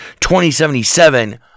2077